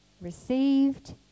received